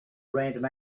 random